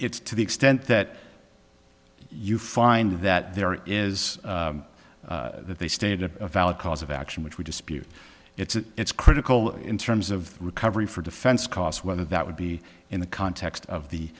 it's to the extent that you find that there is that they stated a valid cause of action which would dispute it's critical in terms of recovery for defense costs whether that would be in the context of the